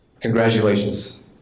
Congratulations